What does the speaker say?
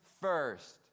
first